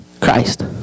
Christ